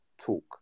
talk